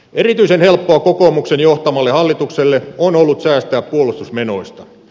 erityisen helppoa kokoomuksen johtamalle hallitukselle on ollut säästää puolustusmenoista